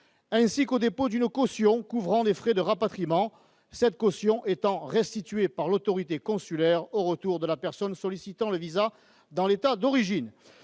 ainsi qu'au dépôt d'une caution couvrant les frais de rapatriement, caution restituée par l'autorité consulaire au retour de la personne sollicitant le visa dans l'état d'origine.